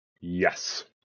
Yes